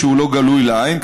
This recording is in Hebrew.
שהוא לא גלוי לעין,